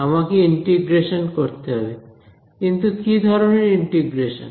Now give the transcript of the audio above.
আমাকে ইন্টিগ্রেশন করতে হবে কিন্তু কি ধরনের ইন্টিগ্রেশন